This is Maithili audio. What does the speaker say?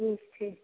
ठीक छै